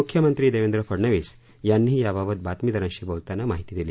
मुख्यमंत्री देवेंद्र फडनवीस यांनीही याबाबत बातमीदारांशी बोलताना माहिती दिली